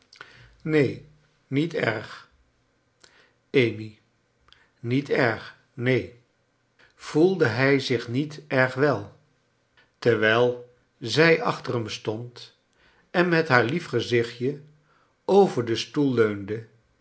neen niet erg amy niet erg neen voelde hij zich niet erg wel terwijl zij aohter hem stond en met haar lief gezichtje over den steel leunde